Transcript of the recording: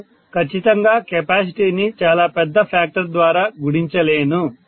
నేను ఖచ్చితంగా కెపాసిటీని చాలా పెద్ద ఫ్యాక్టర్ ద్వారా గుణించలేను